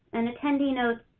an attendee notes,